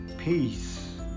Peace